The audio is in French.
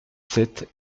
sept